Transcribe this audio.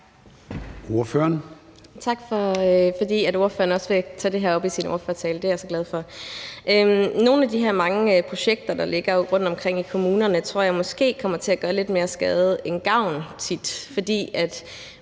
Nogle af de her mange projekter, der ligger rundtomkring i kommunerne, tror jeg tit kommer til at gøre lidt mere skade end gavn,